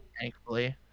Thankfully